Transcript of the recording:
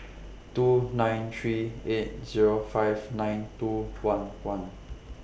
two nine three eight Zero five nine two one one